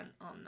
on